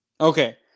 okay